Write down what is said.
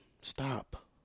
Stop